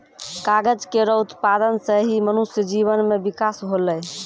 कागज केरो उत्पादन सें ही मनुष्य जीवन म बिकास होलै